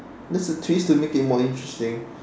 that's a twist to make it more interesting